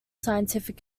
scientific